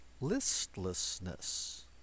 listlessness